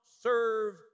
serve